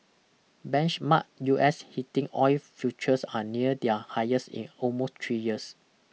benchmark U S heating oil futures are near their highest in almost three years